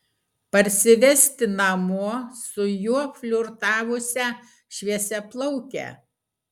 parsivesti namo su juo flirtavusią šviesiaplaukę